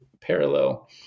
parallel